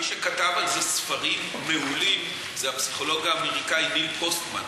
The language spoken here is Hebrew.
מי שכתב על זה ספרים מעולים זה הפסיכולוג האמריקני ניל פוסטמן.